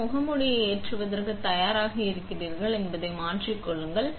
எனவே நாங்கள் முகமூடியை ஏற்றுவதற்கு தயாராக இருக்கிறீர்கள் என்பதை மாற்றிக் கொள்ளுங்கள்